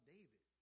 David